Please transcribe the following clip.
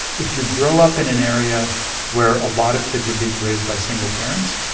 if you grow up in an area where a lot of kids are being raised by single parents,